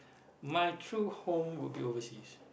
my true home would be overseas